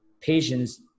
patients